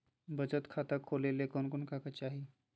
बचत खाता खोले ले कोन कोन कागज चाही?